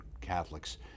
Catholics